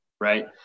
Right